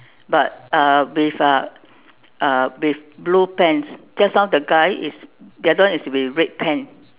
but uh with uh uh with blue pants just now the guy the other one is with red pants